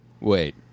Wait